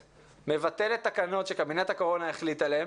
מבטלת תקנות שקבינט הקורונה החליט עליהן,